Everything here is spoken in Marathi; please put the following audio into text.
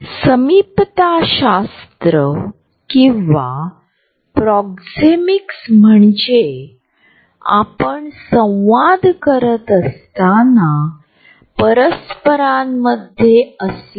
जेव्हा कोणी या हेतूने किंवा चुकून या फुग्यावर अतिक्रमण करतो तेव्हा आम्हाला धोका वाटतो